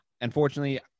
unfortunately